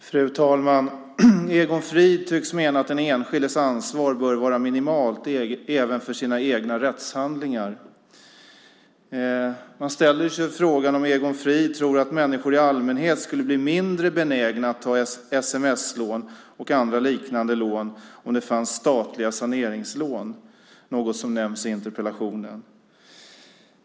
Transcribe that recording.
Fru talman! Egon Frid tycks mena att den enskildes ansvar även för sina egna rättshandlingar bör vara minimalt. Man ställer sig frågan om Egon Frid tror att människor i allmänhet skulle bli mindre benägna att ta sms-lån och andra liknande lån om det fanns statliga saneringslån - något som nämns i interpellationen.